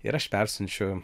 ir aš persiunčiu